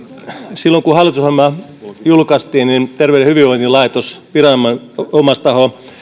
silloin kun hallitusohjelma julkaistiin niin terveyden ja hyvinvoinnin laitos viranomaistaho